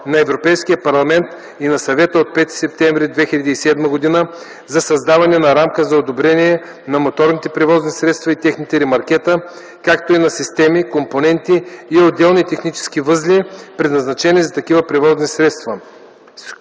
на Европейския парламент и на Съвета от 5 септември 2007 г. за създаване на рамка за одобрение на моторните превозни средства и техните ремаркета, както и на системи, компоненти и отделни технически възли, предназначени за такива превозни средства